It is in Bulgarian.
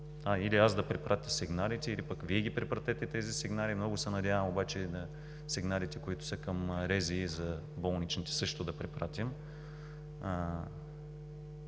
Готов съм да препратя сигналите или Вие препратете тези сигнали. Много се надявам сигналите, които са към РЗИ за болничните, също да препратим.